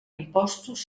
impostos